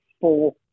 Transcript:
four